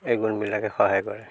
এই গুণবিলাকে সহায় কৰে